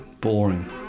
boring